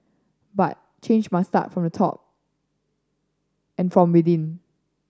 but change must start from the top and from within